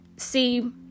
See